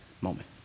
moment